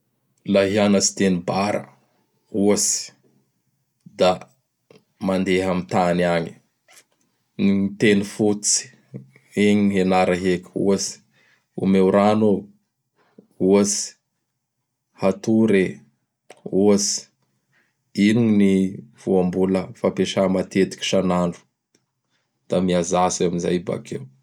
Laha hianatsy teny Bara ohatsy da mandeha am tany agny. Gny teny fototsy, igny gn' ianara heky, ohatsy: omeo rano oh! Ohatsy: hatory e! Ohatsy: ino gn ny voambola fampiasa matetiky san'andro. Da mihazatsy amin'izay bakeo.